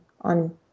on